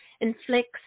inflicts